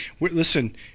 Listen